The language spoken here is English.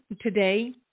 today